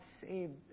saved